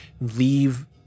leave